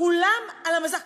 כולם על המסך.